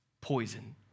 poison